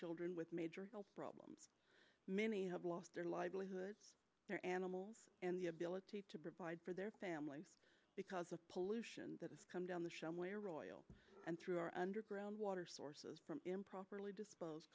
children with major health problems many have lost their livelihoods their animals and the ability to provide for their families because of pollution that has come down the shelter where oil and through our underground water sources improperly dispose